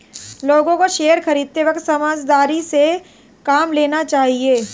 लोगों को शेयर खरीदते वक्त समझदारी से काम लेना चाहिए